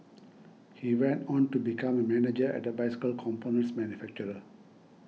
he went on to become a manager at a bicycle components manufacturer